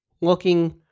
Looking